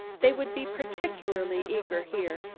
they would be particularly eager here,